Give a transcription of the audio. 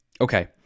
okay